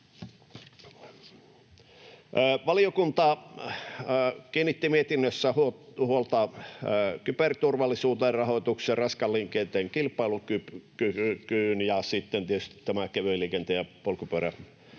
Valiokunta kiinnitti mietinnössä huolta kyberturvallisuuden rahoitukseen, raskaan liikenteen kilpailukykyyn ja sitten tietysti tähän